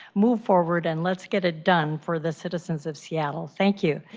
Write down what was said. move forward and let's get it done for the citizens of seattle. thank you.